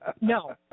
No